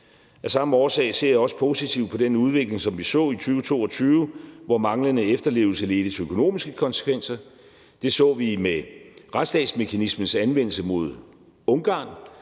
Af samme årsag ser jeg også positivt på den udvikling, som vi så i 2022, hvor manglende efterlevelse ledte til økonomiske konsekvenser. Det så vi med retsstatsmekanismens anvendelse mod Ungarn,